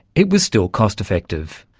it was still cost effective.